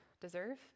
deserve